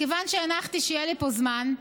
מכיוון שהנחתי שיהיה לי פה זמן,